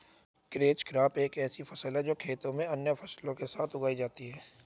catch crop एक ऐसी फसल है जो खेत में अन्य फसलों के साथ उगाई जाती है